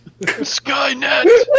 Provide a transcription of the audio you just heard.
Skynet